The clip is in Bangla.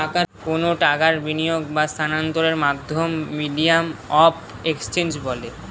কোনো টাকার বিনিয়োগ বা স্থানান্তরের মাধ্যমকে মিডিয়াম অফ এক্সচেঞ্জ বলে